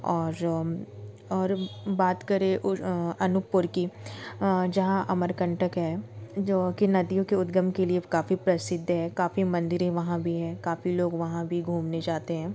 और और बात करें उस अनुपपूर की जहाँ अमरकंटक है जो कि नदियों के उद्गम के लिए काफ़ी प्रसिद्ध है काफ़ी मंदिरें वहाँ पे भी है काफ़ी लोग वहाँ भी घूमने जाते हैं